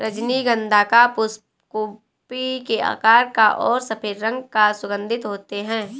रजनीगंधा का पुष्प कुप्पी के आकार का और सफेद रंग का सुगन्धित होते हैं